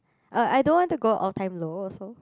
uh I don't want to go all-time-low also